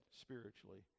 spiritually